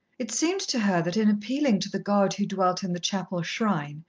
it seemed to her that in appealing to the god who dwelt in the chapel shrine,